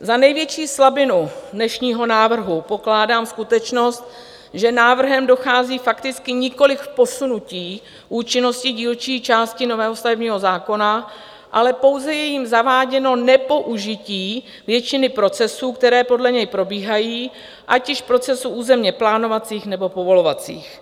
Za největší slabinu dnešního návrhu pokládám skutečnost, že návrhem dochází fakticky nikoli k posunutí účinnosti dílčí části nového stavebního zákona, ale pouze je jím zaváděno nepoužití většiny procesů, které podle něj probíhají, ať již procesů územněplánovacích, nebo povolovacích.